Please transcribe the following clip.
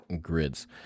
grids